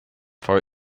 for